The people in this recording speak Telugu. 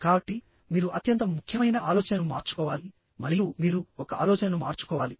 కాబట్టి మీరు అత్యంత ముఖ్యమైన ఆలోచనను మార్చుకోవాలి మరియు మీరు ఒక ఆలోచనను మార్చుకోవాలి